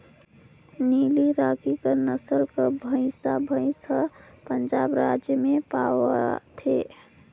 नीली राकी नसल कर भंइसा भंइस हर पंजाब राएज में पवाथे